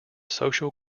social